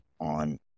on